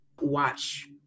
watch